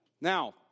Now